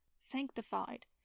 sanctified